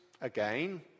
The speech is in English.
again